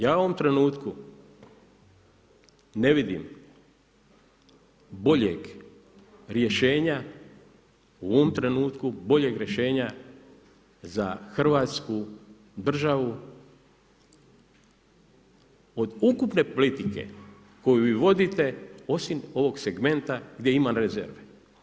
Ja u ovom trenutku ne vidim boljeg rješenja, u ovom trenutku boljeg rješenja za Hrvatsku državu od ukupne politike koju vi vodite osim ovog segmenta gdje ima rezerve.